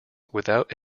without